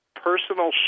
personal